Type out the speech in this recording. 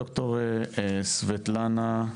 ד"ר סבטלנה,